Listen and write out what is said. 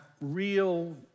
real